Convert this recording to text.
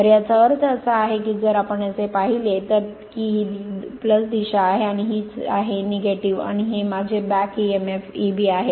तर याचा अर्थ असा आहे की जर आपण असे पाहिले तर की ही दिशा आहे आणि हीच आहे आणि हे माझे बॅक emf Eb आहे